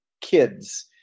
kids